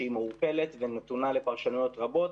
שהיא מעורפלת ונתונה לפרשנויות רבות.